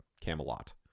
Camelot